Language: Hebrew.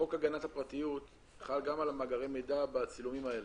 חוק הגנת הפרטיות חל גם על מאגרי המידע בצילומים האלה.